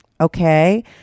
Okay